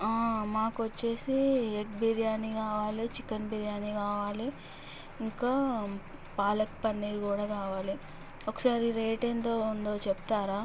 ఆ మాకు వచ్చి ఎగ్ బిర్యానీ కావాలి చికెన్ బిర్యానీ కావాలి ఇంకా పాలక్ పన్నీర్ కూడా కావాలి ఒకసారి రేట్ ఎంత ఉందో చెప్తారా